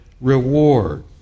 reward